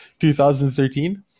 2013